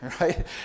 Right